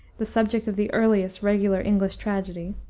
the subject of the earliest regular english tragedy,